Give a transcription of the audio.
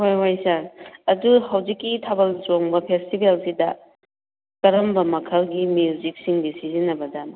ꯍꯣꯏ ꯍꯣꯏ ꯁꯥꯔ ꯑꯗꯨ ꯍꯧꯖꯤꯛꯀꯤ ꯊꯥꯕꯜ ꯆꯣꯡꯕ ꯐꯦꯁꯇꯤꯚꯦꯜꯁꯤꯗ ꯀꯔꯝꯕ ꯃꯈꯜꯒꯤ ꯃꯨꯖꯤꯛ ꯁꯤꯡꯁꯦ ꯁꯤꯖꯤꯟꯅꯕꯖꯥꯠꯅꯣ